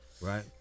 right